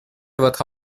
votre